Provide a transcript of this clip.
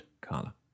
Carla